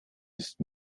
ist